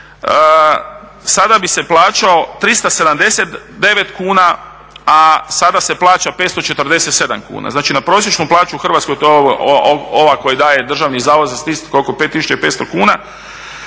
sada bi se plaćao 379 kuna, a sada se plaća 547 kuna. znači na prosječnu plaću u Hrvatskoj to je ova koju daje DZS oko 5 tisuća 500 kuna.